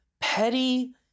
petty